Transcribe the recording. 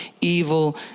evil